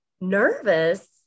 nervous